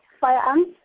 firearms